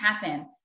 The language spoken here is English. happen